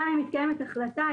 גם קיימת החלטה,